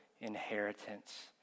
inheritance